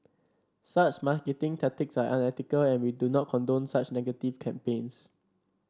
such marketing tactics are unethical and we do not condone such negative campaigns